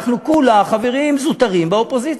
אנחנו כולה חברים זוטרים באופוזיציה,